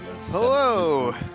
Hello